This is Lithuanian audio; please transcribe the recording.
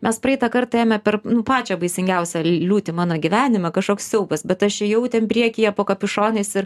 mes praeitą kartą ėjome per pačią baisingiausią liūtį mano gyvenime kažkoks siaubas bet aš ėjau ten priekyje po kapišonais ir